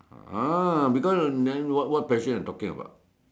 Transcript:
ah because then what what passion you talking about